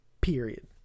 Period